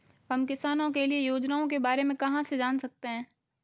हम किसानों के लिए योजनाओं के बारे में कहाँ से जान सकते हैं?